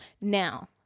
Now